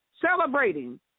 celebrating